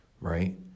Right